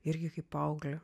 irgi kaip paauglę